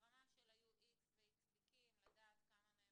ברמה של היו X תיקים, לדעת בכמה מהם